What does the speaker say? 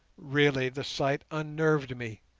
really the sight unnerved me,